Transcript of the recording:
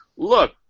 Look